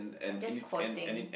I'm just quoting